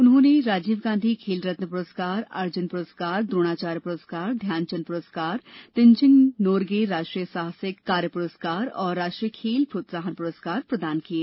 उन्होंने राजीव गांधी खेल रत्न पुरस्कार अर्जुन पुरस्कार द्रोणाचार्य पुरस्कार ध्यानचंद पुरस्कार तेनजिंग नोरगे राष्ट्रीय साहसिक कार्य पुरस्कार और राष्ट्रीय खेल प्रोत्साहन पुरस्कार प्रदान किये